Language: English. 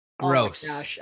Gross